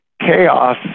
chaos